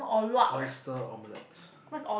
oyster omelette